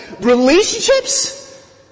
relationships